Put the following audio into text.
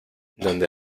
donde